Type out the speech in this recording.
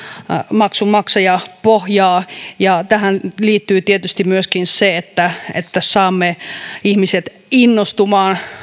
maksunmaksajapohjaa tähän liittyy tietysti myöskin se että että saamme ihmiset innostumaan